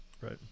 right